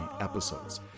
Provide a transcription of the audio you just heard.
episodes